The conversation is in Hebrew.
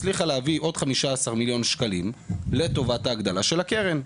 שאשא-ביטון הצליחה להביא עוד 15 מיליון שקלים לטובת ההגדלה של הקרן.